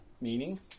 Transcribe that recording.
meaning